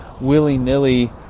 willy-nilly